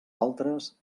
altres